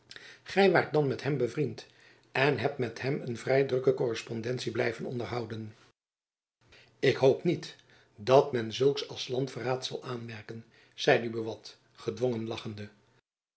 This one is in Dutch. waart dan met hem bevriend en hebt met hem een vrij drukke korrespondentie blijven onderhouden ik hoop niet dat men zulks als landverraad zal aanmerken zeide buat gedwongen lachende